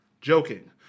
Joking